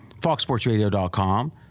FoxSportsRadio.com